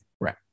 Right